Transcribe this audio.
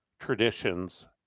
traditions